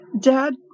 dad